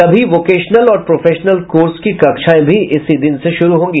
सभी वोकेशनल और professional course की कक्षायें भी इसी दिन से शुरू होगी